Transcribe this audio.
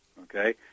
okay